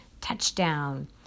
Touchdown